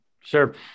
sure